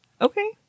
Okay